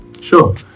Sure